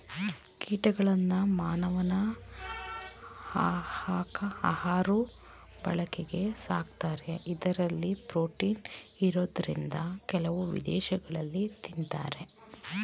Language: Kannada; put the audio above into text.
ಕೀಟಗಳನ್ನ ಮಾನವನ ಆಹಾಋ ಬಳಕೆಗೆ ಸಾಕ್ತಾರೆ ಇಂದರಲ್ಲಿ ಪ್ರೋಟೀನ್ ಇರೋದ್ರಿಂದ ಕೆಲವು ವಿದೇಶಗಳಲ್ಲಿ ತಿನ್ನತಾರೆ